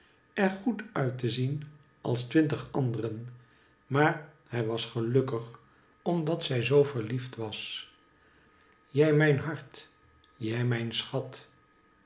er goed uit te zien als twintig anderen maar hij was gelukkig omdat zij zoo verliefd was jij mijn hart jij mijn schat